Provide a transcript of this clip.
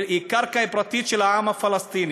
היא קרקע פרטית של העם הפלסטיני.